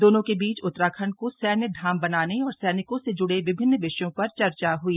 दोनों के बीच उत्तराखंड को सैन्य धाम बनाने और सैनिकों से जुड़े विभिन्न विषयों पर चर्चा ह्ई